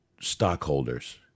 stockholders